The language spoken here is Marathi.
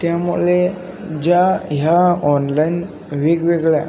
त्यामुळे ज्या ह्या ऑनलाइन वेगवेगळ्या